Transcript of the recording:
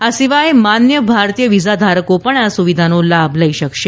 આ સિવાય માન્ય ભારતીય વીઝા ઘારકો પણ આ સુવિધાનો લાભ લઈ શકશે